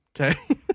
Okay